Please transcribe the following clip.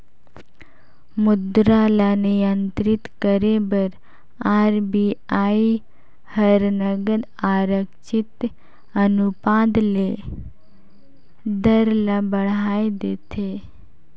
मुद्रा ल नियंत्रित करे बर आर.बी.आई हर नगद आरक्छित अनुपात ले दर ल बढ़ाए देथे